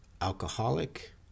alcoholic